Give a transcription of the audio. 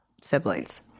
siblings